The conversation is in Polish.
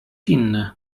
inny